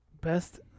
Best